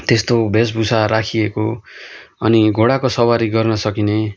त्यस्तो वेशभूषा राखिएको अनि घोडाको सवारी गर्न सकिने